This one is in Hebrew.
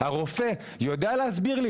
הרופא יודע להסביר לי?